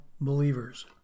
believers